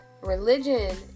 Religion